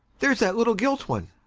there's that little gilt one.